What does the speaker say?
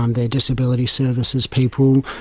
um their disability services people,